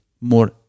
more